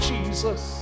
Jesus